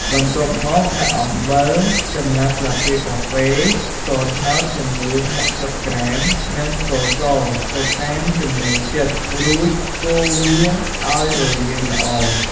បន្ទាប់មកដាក់អំបិល កន្លះស្លាបព្រាកាហ្វេ ស្ករត្នោតចំនួន៦០ក្រាម និងស្ករសទៅតាមចំណូលចិត្ត រួចកូរវាឲ្យរលាយល្អ។